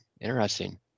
Interesting